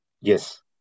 Yes